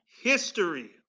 history